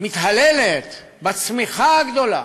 מתהללת בצמיחה הגדולה,